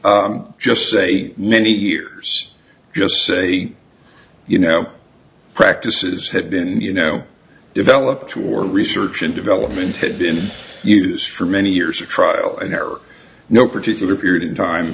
h just say many years just say you know practices have been you know developed or research and development had been in use for many years of trial and error no particular period in time